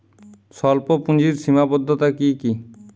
স্বল্পপুঁজির সীমাবদ্ধতা কী কী?